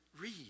Read